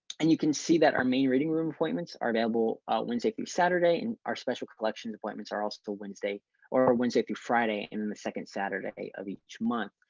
and you can see that our main reading room appointments are available wednesday through saturday and our special collections appointments are also wednesday or wednesday through friday and and the second saturday of each month.